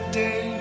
day